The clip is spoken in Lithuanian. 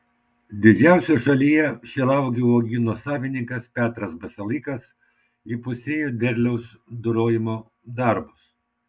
didžiausio šalyje šilauogių uogyno savininkas petras basalykas įpusėjo derliaus dorojimo darbus